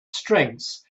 strength